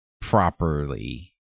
properly